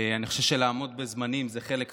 אני חושב שלעמוד בזמנים זה חלק חשוב,